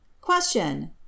Question